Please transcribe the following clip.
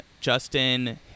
Justin